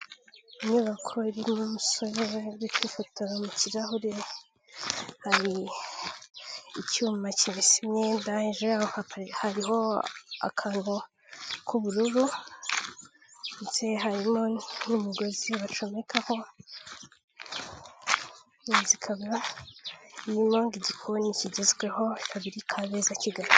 Inyubako irimo umusore uri kwifotora mu kirahure, hari icyuma kimesa imyenda, hejuru yaho hariho akantu k'ubururu ndetse harimo n'umugozi bacomekaho, iyi nzu ikaba irimo igikoni kigezweho ikaba iri Kabeza Kigali.